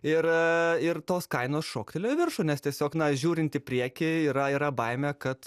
ir ir tos kainos šoktelėjo į viršų nes tiesiog na žiūrint į priekį yra yra baimė kad